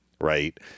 right